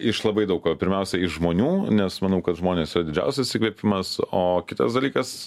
iš labai daug ko pirmiausia iš žmonių nes manau kad žmonės yra didžiausias įkvėpimas o kitas dalykas